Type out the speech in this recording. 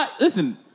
Listen